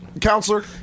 Counselor